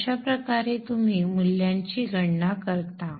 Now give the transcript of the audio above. तर अशा प्रकारे तुम्ही मूल्यांची गणना करता